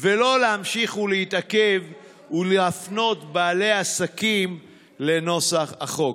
ולא להמשיך ולהתעכב ולהפנות בעלי עסקים לנוסח החוק.